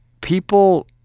people